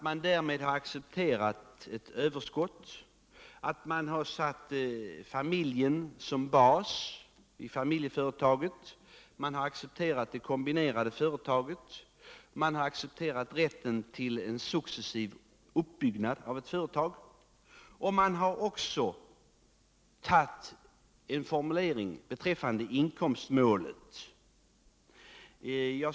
Man har accepterat ett överskott, och familjen har satts som bas i familjeföretaget. Vidare har man accepterat det kombinerade företaget. Man har accepterat rätten till en successiv uppbyggnad av ett företag, och man har också accepterat en formulering beträffande inkomstmålet.